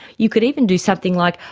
you could even do something like,